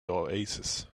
oasis